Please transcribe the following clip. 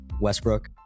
Westbrook